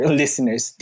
listeners